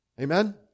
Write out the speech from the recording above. amen